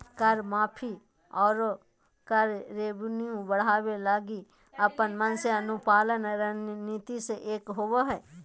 कर माफी, आरो कर रेवेन्यू बढ़ावे लगी अपन मन से अनुपालन रणनीति मे से एक होबा हय